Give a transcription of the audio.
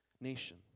nation